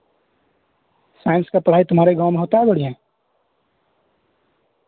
science کا پڑھائی تہمارے گاؤں میں ہوتا ہے بڑھیاں